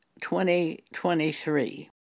2023